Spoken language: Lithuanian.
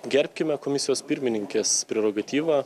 gerbkime komisijos pirmininkės prerogatyvą